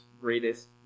greatest